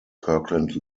kirkland